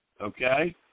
Okay